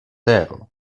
tero